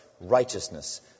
righteousness